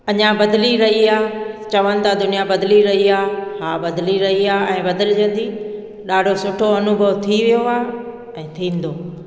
अञा बदिली रही आहे चवनि था दुनिया बदिली रही आहे हा बदिली रही आहे ऐं बदिलजंदी ॾाढो सुठो अनुभव थी वियो आहे ऐं थींदो